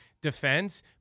defense